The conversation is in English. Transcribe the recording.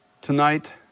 Tonight